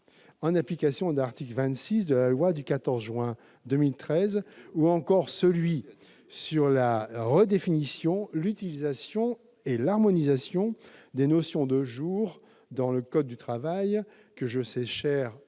en application de l'article 26 de la loi du 14 juin 2013, ou encore celui sur la redéfinition, l'utilisation et l'harmonisation des notions de jour dans le code du travail, que je sais cher